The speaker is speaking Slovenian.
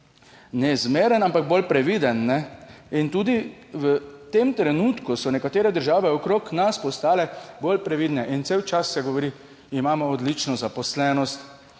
ne zmeren, ampak bolj previden. In tudi v tem trenutku so nekatere države okrog nas postale bolj previdne in cel čas se govori, imamo odlično zaposlenost,